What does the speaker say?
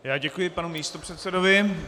Já děkuji panu místopředsedovi.